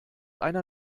einer